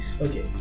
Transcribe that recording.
Okay